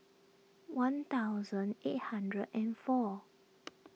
one thousand eight hundred and four